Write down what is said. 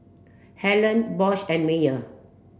Helen Bosch and Mayer